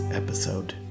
episode